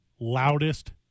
Loudest